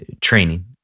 training